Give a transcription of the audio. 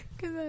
Cause